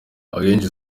akenshi